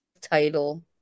title